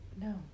No